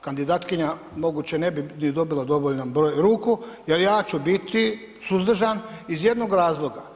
kandidatkinja možda moguće ni ne bi dobila dovoljan broj ruku jer ja ću biti suzdržan iz jednog razloga.